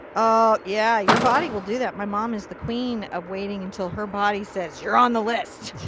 oh. yeah. your body will do that. my mom is the queen of waiting until her body says you're on the list.